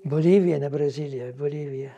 boliviją ne braziliją į boliviją